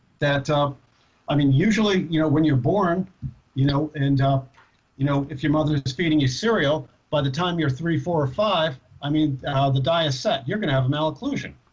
that um i mean usually you know when you're born you know and um you know if your mother is feeding you cereal by the time you're three four or five i mean the dye is set you're gonna have malocclusion.